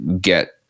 get